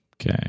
Okay